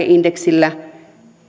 indeksillä